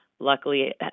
Luckily